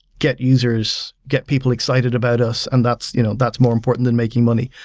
get users, get people excited about us, and that's you know that's more important than making money.